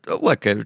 look